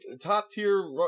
top-tier